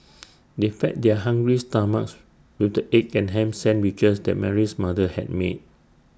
they fed their hungry stomachs with the egg and Ham Sandwiches that Mary's mother had made